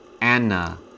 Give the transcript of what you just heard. Anna